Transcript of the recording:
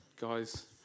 guy's